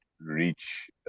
reach